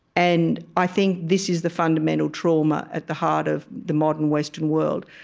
and i think this is the fundamental trauma at the heart of the modern western world.